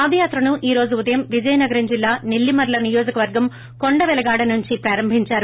పాదయాత్రను ఈ రోజు ఉదయం విజయనగరం జిల్లా నెల్లిమర్ల నియోజకవర్గం కొండపెలగాడ నుంచి జగన్ పాదయాత్ర ప్రారంభించారు